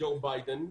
ג'ו ביידן,